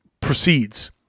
proceeds